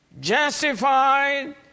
Justified